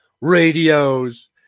radios